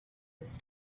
this